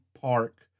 park